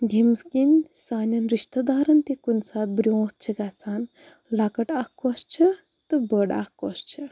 ییٚمِس کِنۍ سانیٚن رِشتہٕ دارَن تہِ کُنہِ ساتہٕ برٛوٗنٛتھ چھِ گژھان لَکٕٹۍ اَکھ کۄس چھِ تہٕ بٔڑ اَکھ کۄس چھِ